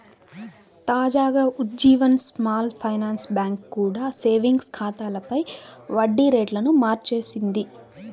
తాజాగా Ujjivan small finance bank కూడా savings ఖాతాలపై వడ్డీ రేట్లను మార్చేసింది